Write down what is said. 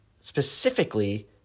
specifically